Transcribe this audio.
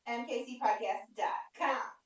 mkcpodcast.com